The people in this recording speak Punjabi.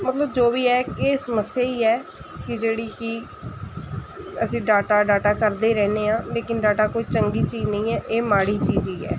ਮਤਲਬ ਜੋ ਵੀ ਹੈ ਇਹ ਸਮੱਸਿਆ ਹੀ ਹੈ ਕਿ ਜਿਹੜੀ ਕਿ ਅਸੀਂ ਡਾਟਾ ਡਾਟਾ ਕਰਦੇ ਰਹਿੰਦੇ ਹਾਂ ਲੇਕਿਨ ਡਾਟਾ ਕੋਈ ਚੰਗੀ ਚੀਜ਼ ਨਹੀਂ ਹੈ ਇਹ ਮਾੜੀ ਚੀਜ਼ ਹੀ ਹੈ